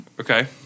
Okay